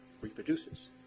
reproduces